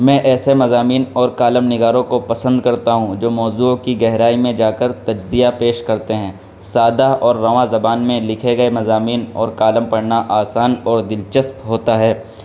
میں ایسے مضامین کو کالم نگاروں کو پسند کرتا ہوں جو موضوع کی گہرائی میں جا کر تجزیہ پیش کرتے ہیں سادہ اور رواں زبان میں لکھے گئے مضامین اور کالم پڑھنا آسان اور دلچسپ ہوتا ہے